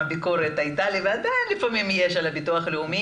ביקורת הייתה לי ועדיין לפעמים יש על הביטוח הלאומי,